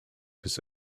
his